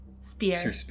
spear